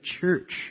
church